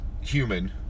human